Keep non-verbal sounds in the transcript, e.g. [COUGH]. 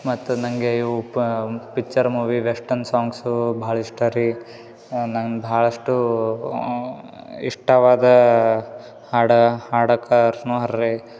ಮತ್ತೆ ನನಗೆ ಇವು ಪಿಚ್ಚರ್ ಮೂವಿ ವೆಸ್ಟನ್ ಸಾಂಗ್ಸೂ ಭಾಳ ಇಷ್ಟ ರೀ ನನಗೆ ಭಾಳಷ್ಟು ಇಷ್ಟವಾದ ಹಾಡು ಹಾಡಾಕ [UNINTELLIGIBLE]